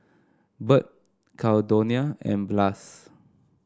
Burt Caldonia and Blas